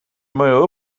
mõju